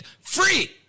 free